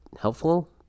helpful